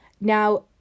Now